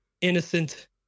innocent